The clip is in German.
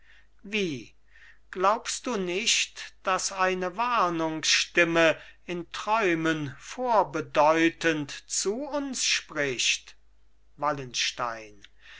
wie glaubst du nicht daß eine warnungsstimme in träumen vorbedeutend zu uns spricht wallenstein